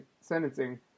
sentencing